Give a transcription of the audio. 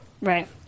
Right